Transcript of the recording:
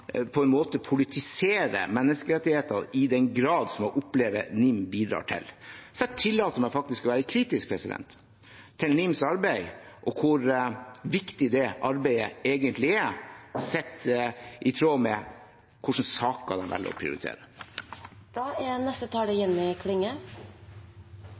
på en måte politiserer menneskerettigheter i den grad som jeg opplever NIM bidrar til. Så jeg tillater meg faktisk å være kritisk til NIMs arbeid og hvor viktig det arbeidet egentlig er, sett i sammenheng med hvilke saker de velger å